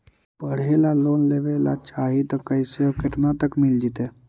पढ़े ल लोन लेबे ल चाह ही त कैसे औ केतना तक मिल जितै?